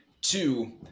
two